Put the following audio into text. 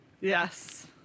Yes